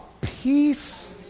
peace